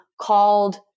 called